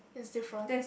it's different